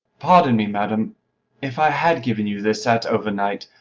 pardon me, madam if i had given you this at over-night,